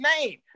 name